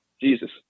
jesus